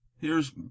Here's